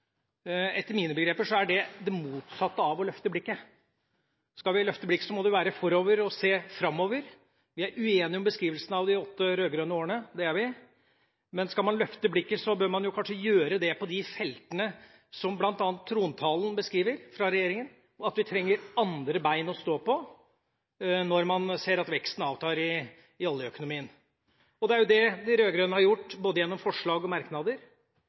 Etter mine begreper er det det motsatte av å løfte blikket. Skal vi løfte blikket, må det være for å se framover. Vi er uenige om beskrivelsen av de åtte rød-grønne årene, det er vi, men skal man løfte blikket, bør man kanskje gjøre det på de feltene som bl.a. ble beskrevet i trontalen fra regjeringen – at vi trenger andre ben å stå på når vi ser at veksten i oljeøkonomien avtar. Og det er det de rød-grønne har gjort, gjennom både forslag og merknader.